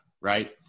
Right